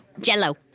Jello